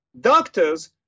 doctors